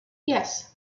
yes